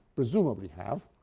presumably have,